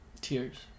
Tears